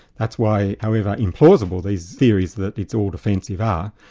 that's why, however implausible these theories that it's all defencive are,